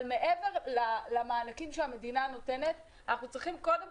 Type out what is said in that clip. אבל מעבר למענקים שהמדינה נותנת אנחנו צריכים קודם